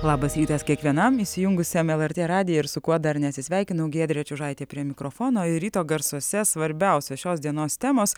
labas rytas kiekvienam įsijungusiam lrt radiją ir su kuo dar neatsisveikinau giedrė čiužaitė prie mikrofono ir ryto garsuose svarbiausia šios dienos temos